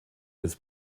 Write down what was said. des